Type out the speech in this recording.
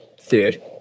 third